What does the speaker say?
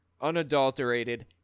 unadulterated